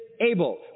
able